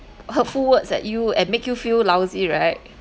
hurtful words at you and make you feel lousy right